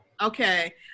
okay